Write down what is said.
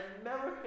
American